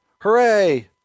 Hooray